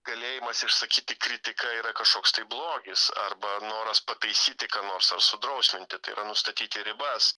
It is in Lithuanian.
galėjimas išsakyti kritiką yra kažkoks tai blogis arba noras pataisyti ką nors ar sudrausminti tai yra nustatyti ribas